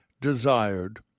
desired